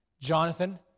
Jonathan